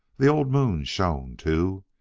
the old moon shone, too,